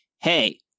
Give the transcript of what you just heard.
hey